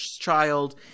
child